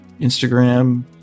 Instagram